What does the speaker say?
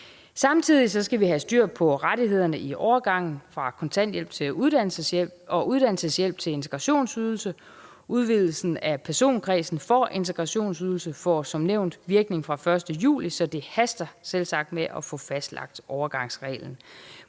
Samtidig skal vi have styr på rettighederne i overgangen fra kontanthjælp til uddannelseshjælp og fra uddannelseshjælp til integrationsydelse. Udvidelsen af personkredsen for integrationsydelse får som nævnt virkning fra den 1. juli, så det haster selvsagt med at få fastlagt overgangsreglen.